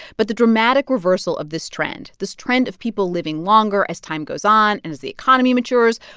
but the dramatic reversal of this trend, this trend of people living longer as time goes on and as the economy matures,